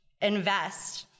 Invest